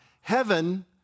heaven